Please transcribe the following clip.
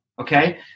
okay